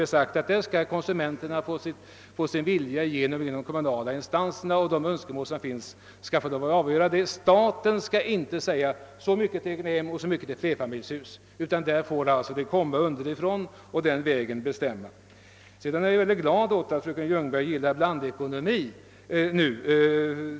Vi har hävdat att konsumenterna skall få sin vilja igenom i de kommunala instanserna och att konsumenternas önskemål skall vara avgörande. Staten skall inte säga, att det skall byggas så mycket egnahem och så mycket flerfamiljshus. Nej, det är — jag upprepar detta — konsumenternas önskemål som skall vara avgörande härvidlag. Naturligtvis är jag glad över att fröken Ljungberg gillar blandekonomin.